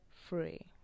free